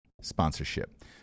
sponsorship